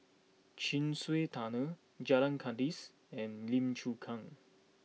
Chin Swee Tunnel Jalan Kandis and Lim Chu Kang